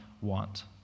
want